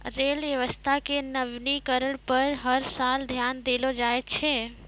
rail व्यवस्था के नवीनीकरण पर हर साल ध्यान देलो जाय छै